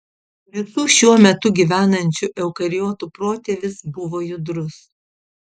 visų šiuo metu gyvenančių eukariotų protėvis buvo judrus